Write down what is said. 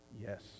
Yes